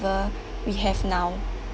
we have now